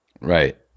right